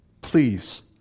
please